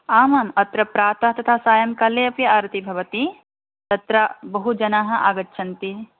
आम् आम् अत्र प्रातः तथा सायङ्कालेऽपि आरतिः भवति तत्र बहुजनाः आगच्छन्ति